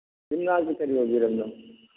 ꯌꯨꯝꯅꯥꯛꯇꯤ ꯀꯔꯤ ꯑꯣꯏꯕꯤꯔꯕꯅꯤ